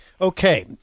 Okay